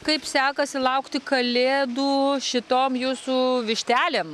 kaip sekasi laukti kalėdų šitom jūsų vištelėm